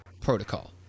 Protocol